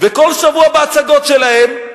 וכל שבוע בהצגות שלהם,